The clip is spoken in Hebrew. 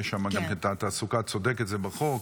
יש שם גם תעסוקה, צודקת, זה בחוק.